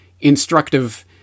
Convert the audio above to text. instructive